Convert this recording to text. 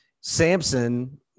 Samson